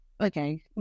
Okay